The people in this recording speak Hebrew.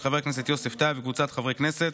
של חבר הכנסת יוסף טייב וקבוצת חברי הכנסת,